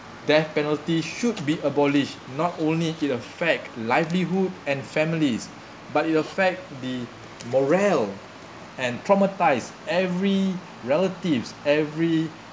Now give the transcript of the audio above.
death penalty should be abolished not only affect livelihood and families but it'll affect the morale and traumatize every relatives every